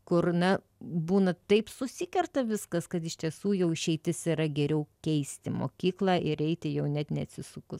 kur na būna taip susikerta viskas kad iš tiesų jau išeitis yra geriau keisti mokyklą ir eiti jau net neatsisukus